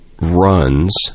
runs